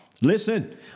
Listen